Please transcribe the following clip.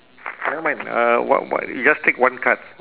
never mind uh wha~ wha~ you just take one card